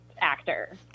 actor